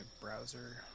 browser